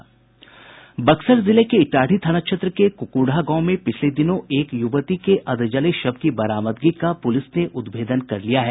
बक्सर जिले के ईटाढ़ी थाना क्षेत्र के कुकुढ़ा गांव में पिछले दिनों एक यूवती के अधजले शव की बरामदगी का पूलिस ने उद्भेदन कर लिया है